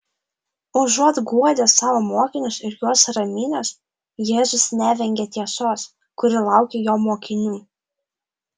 užuot guodęs savo mokinius ir juos raminęs jėzus nevengia tiesos kuri laukia jo mokinių